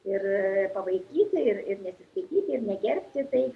ir pavaikyti ir ir nesiskaityti ir negerbti tai